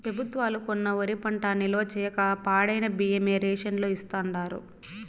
పెబుత్వాలు కొన్న వరి పంట నిల్వ చేయక పాడైన బియ్యమే రేషన్ లో ఇస్తాండారు